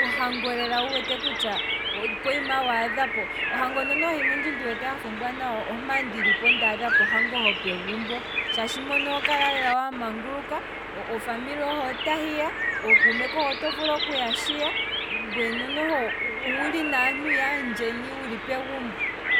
ohango lela wu wete kutya opo yima waadhapo, ohango noho himwe ndji ndi wete hafa ombwaanawa. ondji ndili ndaadhapo, ohango hopegumbo, shaashi mpono oho kala lela wu lipo wa manguluka, ofamily hohe ota hiya, ookuume kohe oto vulu okuya shiya, ngweye no noho owuli naantu yaandjeni wuli pegumbo.